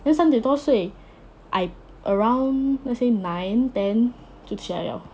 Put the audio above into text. then 三点多睡 I around let's say nine ten 就起来了